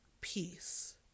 peace